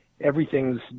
everything's